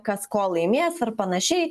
kas ko laimės ar panašiai